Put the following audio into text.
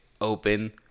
open